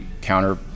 counter